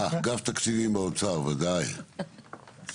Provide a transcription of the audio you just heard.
אגף תקציבים באוצר, בבקשה.